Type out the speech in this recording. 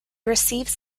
receives